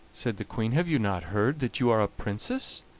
said the queen, have you not heard that you are a princess?